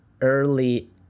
early